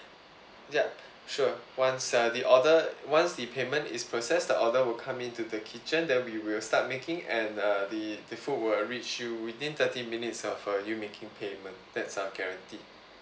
yup sure once uh the order once the payment is process the order will come into the kitchen then we will start making and uh the the food will reach you within thirty minutes of uh you making payment that's our guarantee